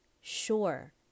Sure